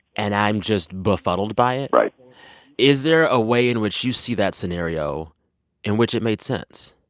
and i'm just befuddled by it right is there a way in which you see that scenario in which it made sense?